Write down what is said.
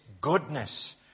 goodness